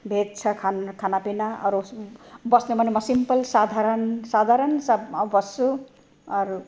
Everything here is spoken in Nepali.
भेज छ खान खानापिना अरू बस्नेमा पनि म सिम्पल साधारण साधारण साथमा बस्छु अरू